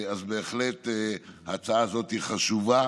אז בהחלט ההצעה הזאת חשובה